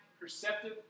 perceptive